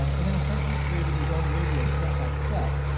um and then essentially created his own radio, step by step,